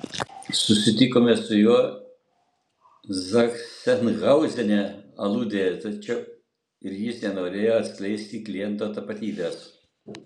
susitikome su juo zachsenhauzene aludėje tačiau ir jis nenorėjo atskleisti kliento tapatybės